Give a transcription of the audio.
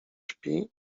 śpi